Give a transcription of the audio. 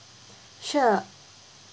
sure